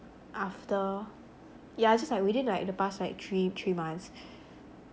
after yeah it's just like within the past like three three months